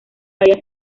varía